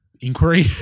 inquiry